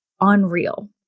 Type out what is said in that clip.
unreal